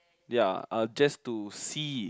ya just to see